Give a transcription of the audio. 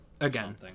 again